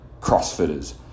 crossfitters